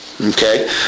okay